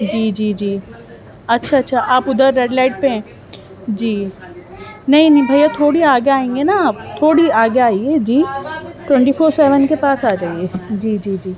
جی جی جی اچھا اچھا آپ ادھرریڈ لائٹ پہ ہیں جی نہیں بھیا تھوڑی آگے آئیں گے نا آپ تھوڑی آگے آئیے جی ٹوئنٹی فور سیون کے پاس آجائیے جی جی جی